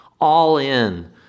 all-in